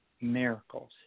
miracles